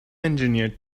engineered